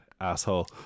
asshole